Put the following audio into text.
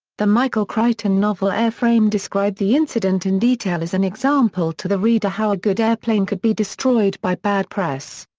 the michael crichton novel airframe described the incident in detail as an example to the reader how a good airplane could be destroyed by bad press.